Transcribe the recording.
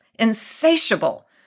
insatiable